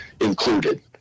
included